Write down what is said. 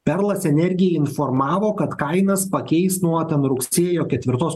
perlas energija informavo kad kainas pakeis nuo ten rugsėjo ketvirtos